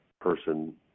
person